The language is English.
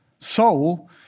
Soul